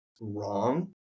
wrong